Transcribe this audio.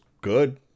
good